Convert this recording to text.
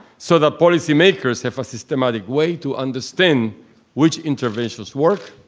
so that policymakers have a systematic way to understand which interventions work,